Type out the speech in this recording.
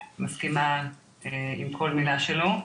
אני מסכימה עם כל מילה שלו.